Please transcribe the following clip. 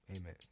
Amen